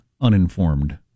uninformed